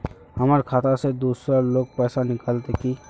हमर खाता से दूसरा लोग पैसा निकलते है की?